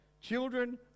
children